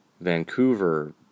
Vancouver